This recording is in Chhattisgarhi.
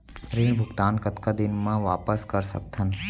ऋण भुगतान कतका दिन म वापस कर सकथन?